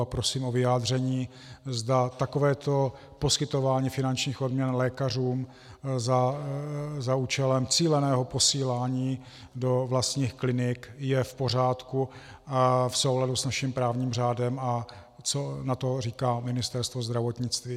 A prosím o vyjádření, zda takovéto poskytování finančních odměn lékařům za účelem cíleného posílání do vlastních klinik je v pořádku a v souladu s naším právním řádem a co na to říká Ministerstvo zdravotnictví.